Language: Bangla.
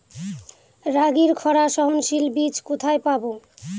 রাগির খরা সহনশীল বীজ কোথায় পাবো?